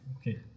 Okay